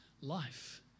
life